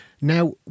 Now